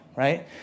right